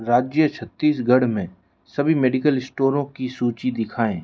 राज्य छत्तीसगढ़ में सभी मेडिकल स्टोरों की सूची दिखाएँ